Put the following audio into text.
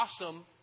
awesome